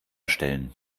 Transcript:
stellen